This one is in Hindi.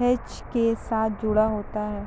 हिच के साथ जुड़ा होता है